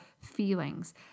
feelings